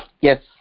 Yes